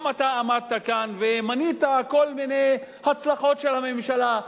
גם אתה עמדת כאן ומנית כל מיני הצלחות של הממשלה,